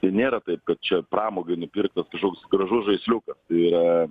tai nėra taip kad čia pramogai nupirktas kažkoks gražus žaisliukas tai yra